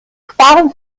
sparen